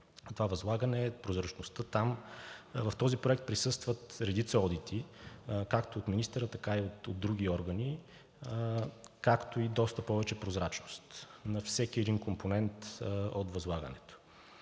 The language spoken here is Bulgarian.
уреди възлагането, прозрачността. В този проект присъстват редица одити както от министъра, така и от други органи, както и доста повече прозрачност на всеки един компонент от възлагането.